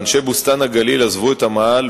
מר עבאס,